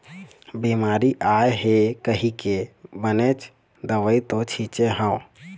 बिमारी आय हे कहिके बनेच दवई तो छिचे हव